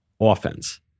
offense